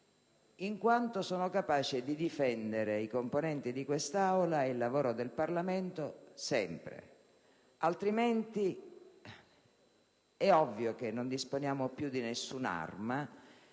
in quanto sono capace di difendere i componenti di quest'Aula e il lavoro del Parlamento sempre, altrimenti è ovvio che non disponiamo più di nessuna arma